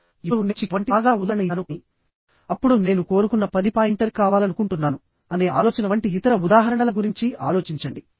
ఇప్పుడు నేను చికెన్ వంటి సాధారణ ఉదాహరణ ఇచ్చాను కానీ అప్పుడు నేను కోరుకున్న పది పాయింటర్ కావాలనుకుంటున్నాను అనే ఆలోచన వంటి ఇతర ఉదాహరణల గురించి ఆలోచించండి